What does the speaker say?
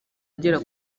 agera